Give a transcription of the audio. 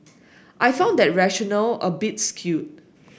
I found that rationale a bit skewed